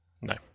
no